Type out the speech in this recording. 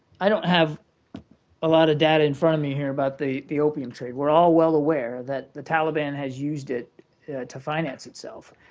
i don't have a lot of data in front of me here about the the opium trade. we're all well aware that the taliban has used it to finance itself.